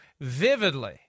vividly